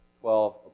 twelve